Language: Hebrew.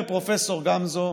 אומר פרופ' גמזו: